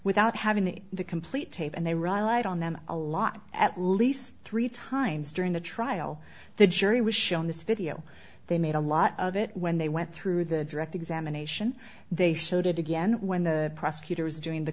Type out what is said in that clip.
without having the the complete tape and they relied on them a lot at least three times during the trial the jury was shown this video they made a lot of it when they went through the direct examination they showed it again when the prosecutor was doing the